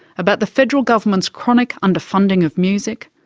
about the federal government's chronic underfunding of music,